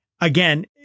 Again